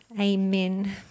Amen